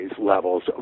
levels